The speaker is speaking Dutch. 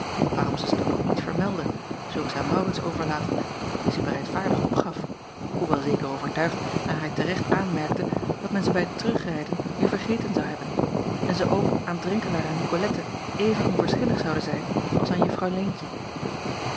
waarom zij ze dan ook niet vermeldde zulks aan aurits overlatende die ze bereidvaardig opgaf hoewel zeker overtuigd naar hij te recht aanmerkte dat men ze bij het terugrijden weêr vergeten zou hebben en ze ook aan renkelaer en icolette even onverschillig zouden zijn als aan uffrouw eentje